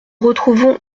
retrouvons